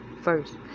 first